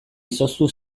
izoztu